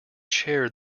chair